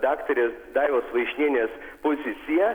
daktarės daivos vaišnienės poziciją